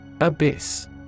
Abyss